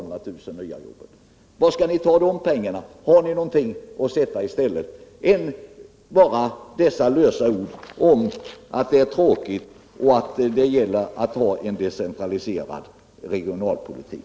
Varifrån skall ni ta dessa pengar? Vad har ni att komma med i stället för dessa lösa ord om att det är tråkigt med företagsnedläggelser och att det gäller att föra en decentraliserad regionalpolitik?